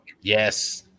Yes